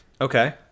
Okay